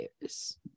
years